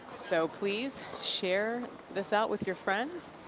so please share this out with your friends.